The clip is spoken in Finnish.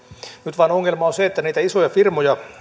nyt vain ongelma on se että niitä isoja firmoja